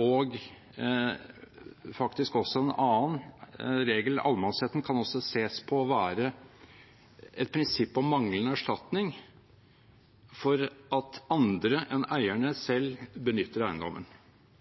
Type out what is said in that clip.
og en annen regel – allemannsretten kan faktisk også ses som et prinsipp om manglende erstatning for at andre enn eierne selv benytter eiendommen.